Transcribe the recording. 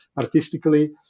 artistically